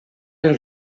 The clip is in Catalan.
els